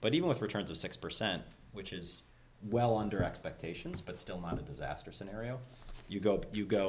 but even with returns of six percent which is well under expectations but still not a disaster scenario you go you go